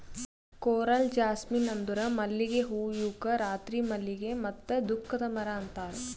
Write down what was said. coral jasmine ಅಂದುರ್ ಮಲ್ಲಿಗೆ ಹೂವು ಇವುಕ್ ರಾತ್ರಿ ಮಲ್ಲಿಗೆ ಮತ್ತ ದುಃಖದ ಮರ ಅಂತಾರ್